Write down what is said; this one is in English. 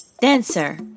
dancer